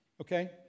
Okay